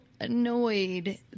annoyed